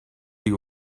you